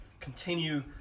continue